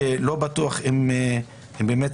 ואנחנו מדברים היום על מעל 50%